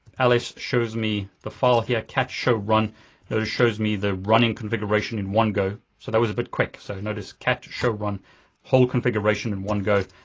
ls shows me the file here. cat shrun. those shows me the running configuration in one go. so that was a bit quick. so notice, cat shrun, whole configuration in one go.